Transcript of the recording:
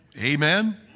Amen